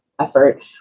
effort